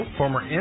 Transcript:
former